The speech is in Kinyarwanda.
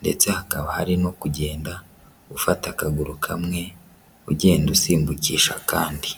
ndetse hakaba hari no kugenda ufata akaguru kamwe, ugenda usimbukisha akandi.